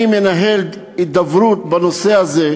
אני מנהל הידברות בנושא הזה,